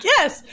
Yes